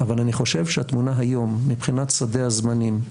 אבל אני חושב שהתמונה היום מבחינת שדה הזמנים,